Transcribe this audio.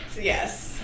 yes